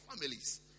families